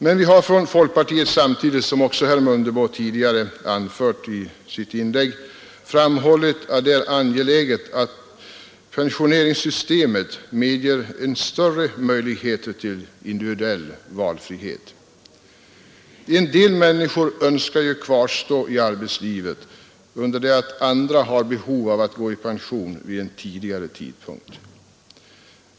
Men vi har från folkpartiet samtidigt, som också herr Mundebo tidigare anfört i sitt inlägg, framhållit att det är angeläget att pensioneringssystemet ger större möjligheter till individuell valfrihet. En del människor önskar kvarstå i arbetslivet, under det att andra har behov av att gå i pension vid en tidigare tidpunkt.